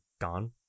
gone